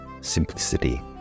simplicity